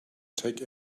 take